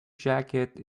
jacket